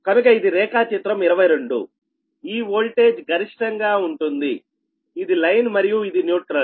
కనుక ఇది రేఖాచిత్రం 22ఈ వోల్టేజ్ గరిష్టంగా ఉంటుందిఇది లైన్ మరియు ఇది న్యూట్రల్